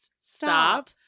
Stop